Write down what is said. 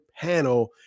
panel